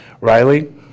Riley